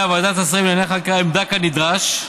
ועדת השרים לענייני חקיקה עמדה כנדרש,